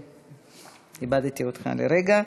איבדתי אותך לרגע.